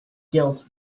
guilt